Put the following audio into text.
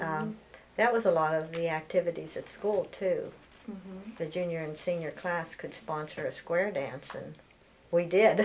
and that was a lot of the activities at school to the junior and senior class could sponsor a square dance and we did